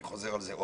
אני שוב חוזר על כך.